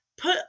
put